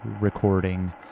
recording